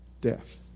Death